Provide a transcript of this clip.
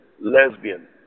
lesbian